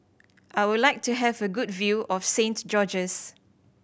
I would like to have a good view of Saint George's